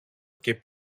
και